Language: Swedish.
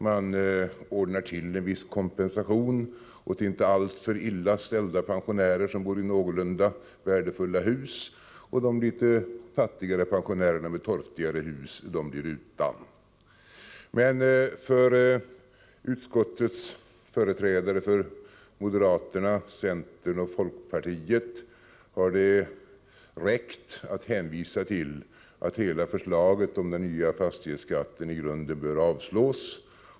Man ordnar en viss kompensation åt inte alltför illa ställda pensionärer som bor i någorlunda värdefulla hus, och de litet fattigare pensionärerna med torftigare hus blir utan. För moderaterna, centern och folkpartiet i utskottet har det räckt att hänvisa till att hela förslaget om den nya fastighetsskatten i grunden bör avslås.